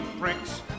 pricks